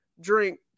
drink